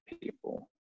people